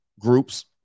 groups